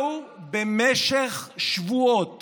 במשך שבועות